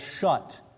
shut